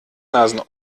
nasen